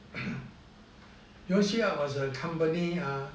jurong shipyard was a company ah